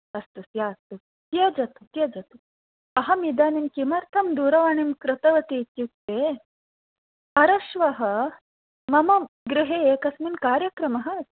अस्तु स्यात् त्यजतु त्यजतु अहम् इदानीं किमर्थं दूरवाणीं कृतवती इत्युक्ते परश्वः मम गृहे एकस्मिन् कार्यक्रमः अस्ति